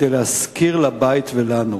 כדי להזכיר לבית ולנו